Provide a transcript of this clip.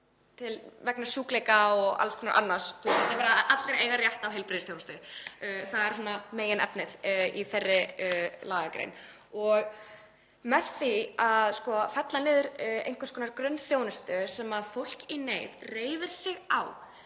vegna sjúkleika og alls konar annars. Allir eiga rétt á heilbrigðisþjónustu, það er meginefnið í þeirri lagagrein. Að fella niður einhvers konar grunnþjónustu sem fólk í neyð reiðir sig á